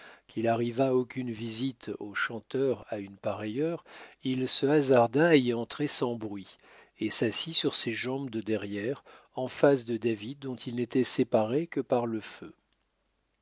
qu'il arrivât aucune visite au chanteur à une pareille heure il se hasarda à y entrer sans bruit et s'assit sur ses jambes de derrière en face de david dont il n'était séparé que par le feu